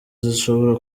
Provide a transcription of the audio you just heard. zishobora